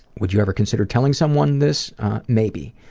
would you ever consider telling someone this maybe.